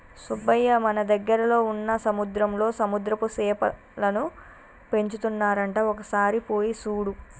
సుబ్బయ్య మన దగ్గరలో వున్న సముద్రంలో సముద్రపు సేపలను పెంచుతున్నారంట ఒక సారి పోయి సూడు